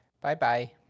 Bye-bye